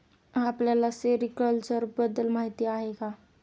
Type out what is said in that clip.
आपल्याला सेरीकल्चर बद्दल माहीती आहे का?